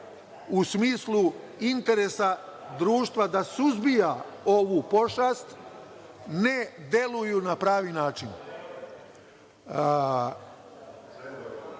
u smislu interesa društva da suzbija ovu pošast, ne deluju na pravi način.